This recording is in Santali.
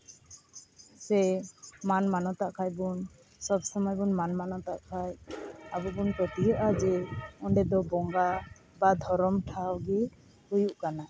ᱥᱮ ᱢᱟᱱ ᱢᱟᱱᱚᱛᱟᱜ ᱠᱷᱟᱱ ᱵᱚᱱ ᱥᱚᱵᱽ ᱥᱚᱢᱚᱭ ᱵᱚᱱ ᱢᱟᱱ ᱢᱟᱱᱚᱛᱟᱜ ᱠᱷᱟᱱ ᱟᱵᱚ ᱵᱚᱱ ᱯᱟᱹᱛᱭᱟᱹᱜᱼᱟ ᱡᱮ ᱚᱸᱰᱮ ᱫᱚ ᱵᱚᱸᱜᱟ ᱵᱟ ᱫᱷᱚᱨᱚᱢ ᱴᱷᱟᱶ ᱜᱮ ᱦᱩᱭᱩᱜ ᱠᱟᱱᱟ